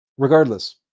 Regardless